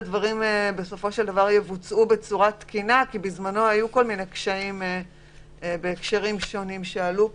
אני שואלת כי בזמנו היו כל מיני קשיים שעלו פה,